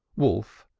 wolf,